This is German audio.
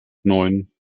neun